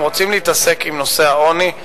אם רוצים להתעסק עם נושא העוני,